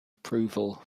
approval